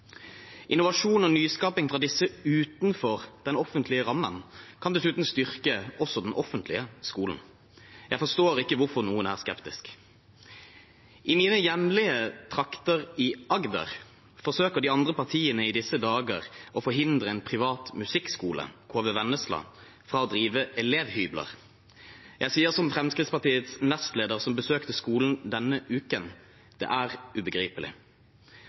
Innovasjon og nyskaping fra disse utenfor den offentlige rammen kan dessuten styrke også den offentlige skolen. Jeg forstår ikke hvorfor noen er skeptiske. I mine hjemlige trakter i Agder forsøker de andre partiene i disse dager å forhindre en privat musikkskole, KV Vennesla, fra å drive elevhybler. Jeg sier som Fremskrittspartiets nestleder, som besøkte skolen denne uken: Det er ubegripelig.